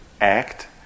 act